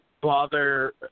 bother